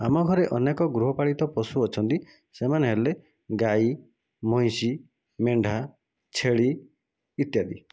ଆମ ଘରେ ଅନେକ ଗୃହ ପାଳିତ ପଶୁ ଅଛନ୍ତି ସେମାନେ ହେଲେ ଗାଈ ମଇଁଷି ମେଣ୍ଢା ଛେଳି ଇତ୍ୟାଦି